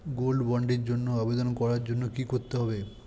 Gold বন্ডের জন্য আবেদন করার জন্য কি করতে হবে?